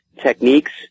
techniques